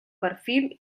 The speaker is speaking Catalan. perfil